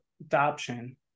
adoption